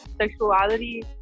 sexuality